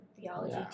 theology